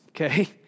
Okay